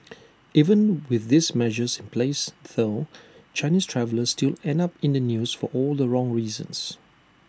even with these measures in place though Chinese travellers still end up in the news for all the wrong reasons